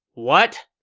what!